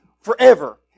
forever